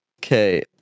Okay